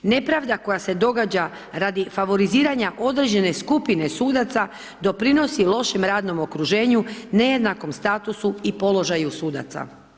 Nepravda koja se događa radi favoriziranja određene skupine sudaca doprinosi lošem radnom okruženju, nejednakom statusu i položaju sudaca.